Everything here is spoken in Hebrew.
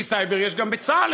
כי סייבר יש גם בצה"ל,